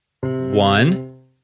One